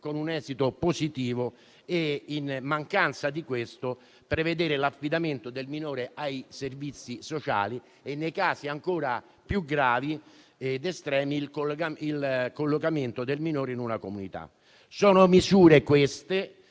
con un esito positivo e, in mancanza di questo, prevedere l'affidamento del minore ai servizi sociali e, nei casi ancora più gravi ed estremi, il collocamento del minore in una comunità. Sono misure